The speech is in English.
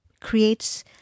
creates